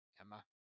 Emma